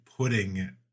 putting